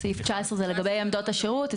סעיף 19 לגבי עמדות השירות,